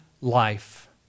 life